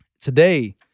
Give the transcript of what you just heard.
Today